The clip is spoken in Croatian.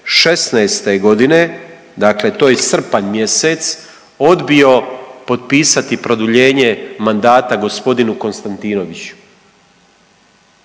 2016. g., dakle to je srpanj mjesec, odbio potpisati produljenje mandata g. Konstantinoviću?